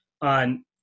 on